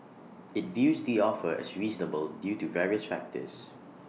IT views the offer as reasonable due to various factors